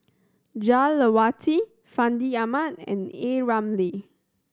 Jah Lelawati Fandi Ahmad and A Ramli